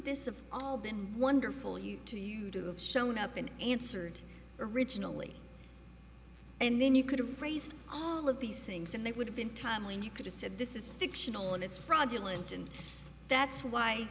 have all been wonderful you have shown up and answered originally and then you could have raised these things and they would have been timely and you could have said this is fictional and it's fraudulent and that's why